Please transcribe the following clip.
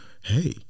hey